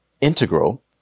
integral